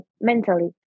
mentally